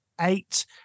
eight